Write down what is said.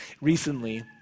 recently